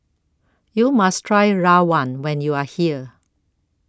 YOU must Try Rawon when YOU Are here